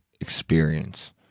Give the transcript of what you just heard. experience